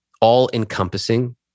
all-encompassing